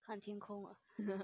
看天空